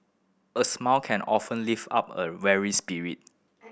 a smile can often lift up a weary spirit